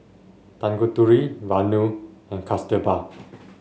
Tanguturi Vanu and Kasturba